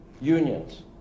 unions